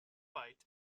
byte